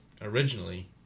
originally